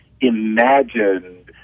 imagined